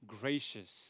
gracious